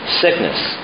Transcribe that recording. sickness